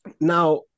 Now